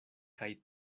kaj